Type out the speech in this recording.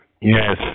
Yes